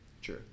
Sure